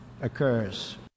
occurs